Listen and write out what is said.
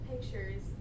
pictures